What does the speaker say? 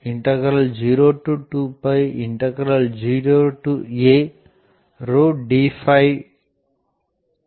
ஆகும்